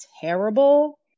terrible